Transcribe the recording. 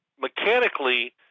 mechanically